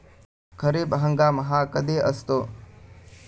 खरीप हंगाम हा कधी असतो?